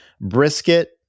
brisket